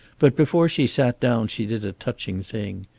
but before she sat down she did a touching thing.